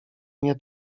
nie